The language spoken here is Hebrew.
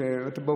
כשאתה לא נמצא,